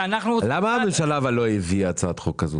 למה הממשלה לא הביאה הצעת חוק כזאת?